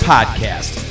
Podcast